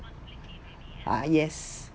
ah yes